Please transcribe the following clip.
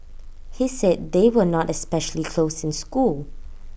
he said they were not especially close in school